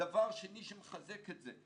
דבר שני, שמחזק את זה.